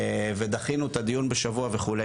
ודחינו את הדיון בשבוע וכו'.